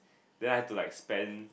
then I had to like spend